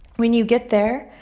when you get there,